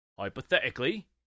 Hypothetically